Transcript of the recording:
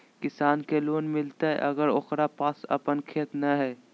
किसान के लोन मिलताय अगर ओकरा पास अपन खेत नय है?